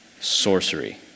sorcery